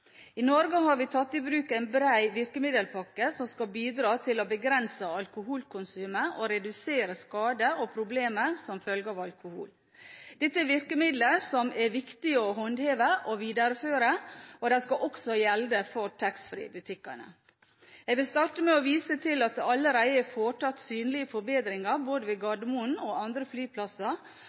I Norge har vi tatt i bruk en bred virkemiddelpakke som skal bidra til å begrense alkoholkonsumet og redusere skader og problemer som følge av alkohol. Dette er virkemidler som det er viktig å håndheve og videreføre, og de skal også gjelde for taxfree-butikkene. Jeg vil starte med å vise til at det allerede er foretatt synlige forbedringer både på Gardermoen og på andre flyplasser,